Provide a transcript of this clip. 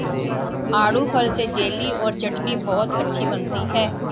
आड़ू फल से जेली और चटनी बहुत अच्छी बनती है